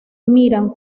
miran